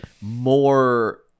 more